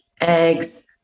eggs